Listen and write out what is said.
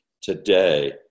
today